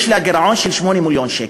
והיה לה גירעון של 8 מיליון שקל.